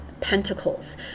pentacles